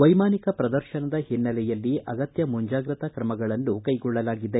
ವೈಮಾನಿಕ ಪ್ರದರ್ಶನದ ಹಿನ್ನೆಲೆಯಲ್ಲಿ ಅಗತ್ಯ ಮುಂಜಾಗ್ರತಾ ಕ್ರಮಗಳನ್ನು ಕೈಗೊಳ್ಳಲಾಗಿದೆ